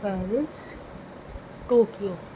Paris Tokyo